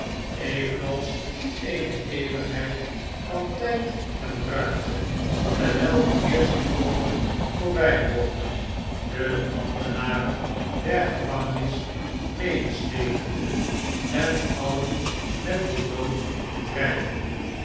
evenals eene eeuwigheid van tijd enruimte terwijl de eerste golven voorbijrolden de ambtenaren der gevangenis medesleepende en alien met den dooa dreigende